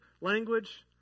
language